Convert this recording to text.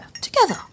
together